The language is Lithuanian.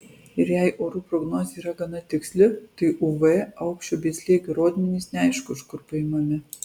ir jei orų prognozė yra gana tiksli tai uv aukščio bei slėgio rodmenys neaišku iš kur paimami